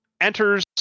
enters